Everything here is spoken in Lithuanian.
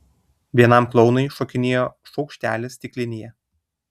vienam klounui šokinėjo šaukštelis stiklinėje